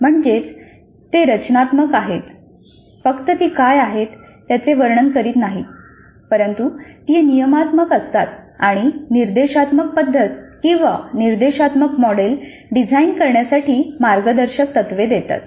म्हणजेच ते रचनात्मक आहेत फक्त ती काय आहे त्याचे वर्णन करीत नाहीत परंतु ती नियमात्मक असतात आणि निर्देशात्मक पद्धत किंवा निर्देशात्मक मॉडेल डिझाइन करण्यासाठी मार्गदर्शक तत्त्वे देतात